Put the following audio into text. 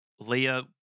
Leah